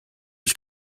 his